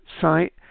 site